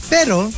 Pero